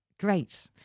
Great